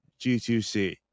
G2C